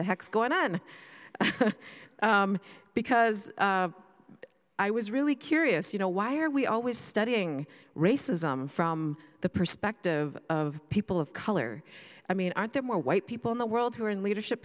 the heck's going on because i was really curious you know why are we always studying racism from the perspective of people of color i mean aren't there more white people in the world who are in leadership